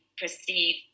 perceive